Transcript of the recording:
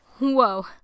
Whoa